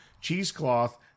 cheesecloth